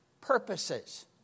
purposes